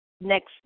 next